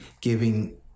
giving